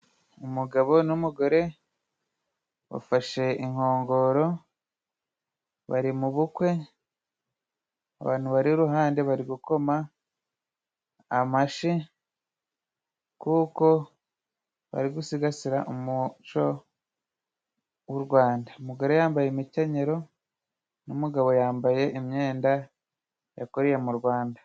Umugabo n'umugore, bafashe inkongoro, bari mu bukwe, abantu bari iruhande bari gukoma amashi, kuko bari gusigasira umuco w'u Rwanda .Umugore yambaye imikenyero, n'umugabo yambaye imyenda yakorewe mu Rwanda.